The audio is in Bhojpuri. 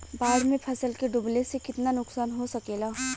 बाढ़ मे फसल के डुबले से कितना नुकसान हो सकेला?